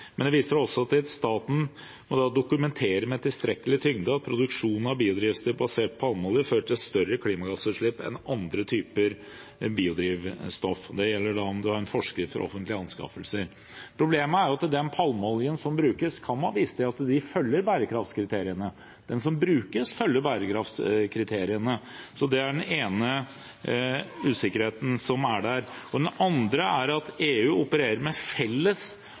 staten kan dokumentere med en tilstrekkelig tyngde at produksjon av biodrivstoff basert på palmeolje fører til større klimagassutslipp enn andre typer biodrivstoff». Det gjelder da om man har en forskrift for offentlige anskaffelser. Problemet er jo at for den palmeoljen som brukes, kan man vise til at de følger bærekraftskriteriene. Den som brukes, følger bærekraftskriteriene. Det er den ene usikkerheten som er der. Den andre er at EU opererer med felles